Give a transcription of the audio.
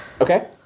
Okay